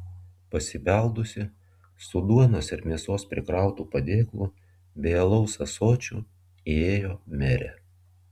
pasibeldusi su duonos ir mėsos prikrautu padėklu bei alaus ąsočiu įėjo merė